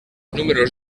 números